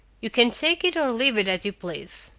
you can take it or leave it as you please.